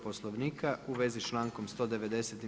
Poslovnika u vezi s člankom 190.